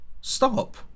Stop